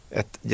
ett